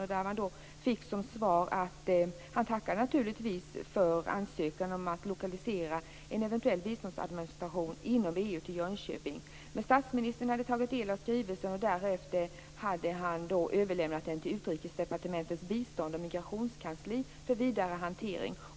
Han tackade naturligtvis för ansökan om att lokalisera en eventuell biståndsadministration inom EU till Jönköping. Statsministern tog del av skrivelsen, och därefter överlämnade han den till Utrikesdepartementets bistånds och migrationskansli för vidare hantering.